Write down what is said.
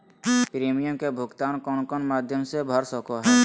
Premium के भुक्तान कौन कौन माध्यम से कर सको है?